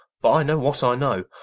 but i know what i know.